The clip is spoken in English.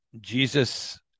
Jesus